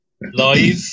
live